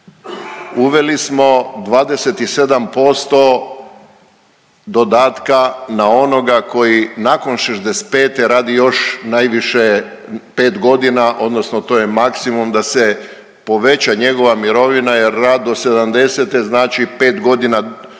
Uveli smo 27% dodatka na onoga koji nakon 65-e radi još najviše 5 godina odnosno to je maksimum da se poveća njegova mirovina jer rad do 70-e znači 5 godina duže